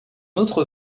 autre